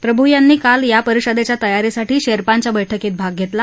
प्रभू यांनी काल या परिषदेच्या तयारीसाठी शेर्पांच्या बळकीत भाग घेतला